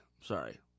Sorry